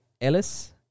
Ellis